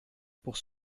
pour